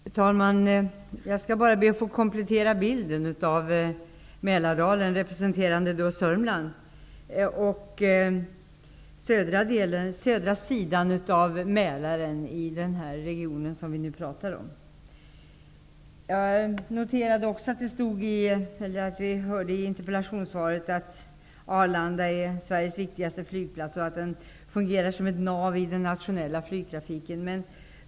Fru talman! Jag skall bara be att få komplettera bilden av Mälardalen representerande Sörmland och södra sidan av Mälaren i den region som vi nu pratar om. Jag noterade också i interpellationssvaret att Arlanda är Sveriges viktigaste flygplats och att den fungerar som ett nav i den nationella flygtrafiken.